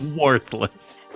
Worthless